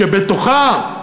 שבתוכה,